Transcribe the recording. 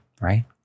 right